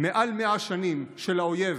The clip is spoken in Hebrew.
מעל 100 שנים של האויב